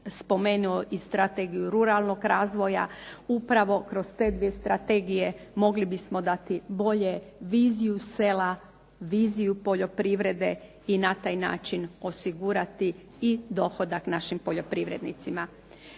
spomenuo i strategiju ruralnog razvoja. Upravo kroz te dvije strategije mogli bismo dati bolje dati viziju sela, viziju poljoprivrede i na taj način osigurati i dohodak našim poljoprivrednicima.